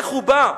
"הולך ובא,